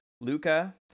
Luca